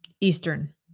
Eastern